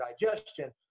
digestion